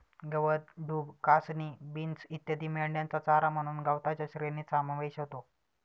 गवत, डूब, कासनी, बीन्स इत्यादी मेंढ्यांचा चारा म्हणून गवताच्या श्रेणीत समावेश होतो